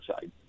side